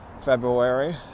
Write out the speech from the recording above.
February